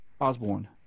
Osborne